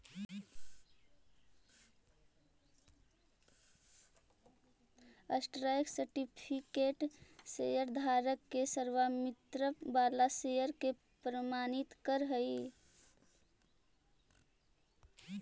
stock certificate शेयरधारक के स्वामित्व वाला शेयर के प्रमाणित करऽ हइ